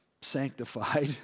sanctified